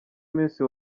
umunsi